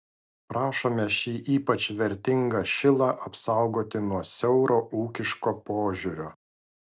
prašome šį ypač vertingą šilą apsaugoti nuo siauro ūkiško požiūrio